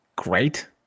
Great